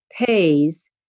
pays